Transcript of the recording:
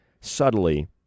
subtly